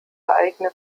eigene